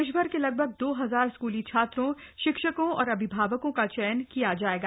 देश भर के लगभग दो हजार स्कूली छात्रों शिक्षकों और अभिभावकों का चयन किया जायेगा